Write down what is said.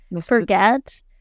forget